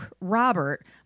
Robert